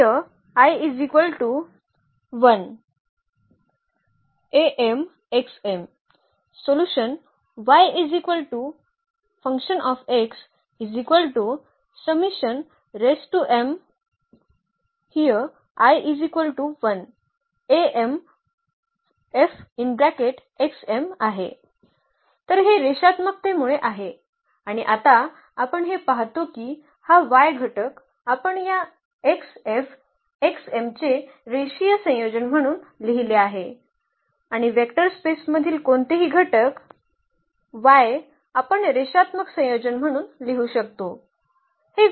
तर हे रेषात्मकतेमुळे आहे आणि आता आपण हे पाहतो की हा y घटक आपण या x F x m चे रेषीय संयोजन म्हणून लिहिले आहे आणि वेक्टर स्पेस मधील कोणतेही घटक y आपण रेषात्मक संयोजन म्हणून लिहू शकतो